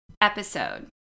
episode